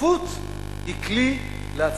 שותפות היא כלי להצלחה.